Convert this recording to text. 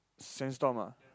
sandstorm ah